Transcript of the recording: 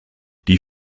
die